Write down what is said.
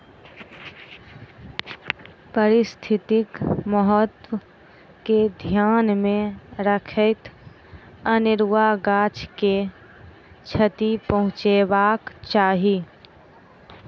पारिस्थितिक महत्व के ध्यान मे रखैत अनेरुआ गाछ के क्षति पहुँचयबाक चाही